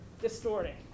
distorting